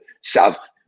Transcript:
South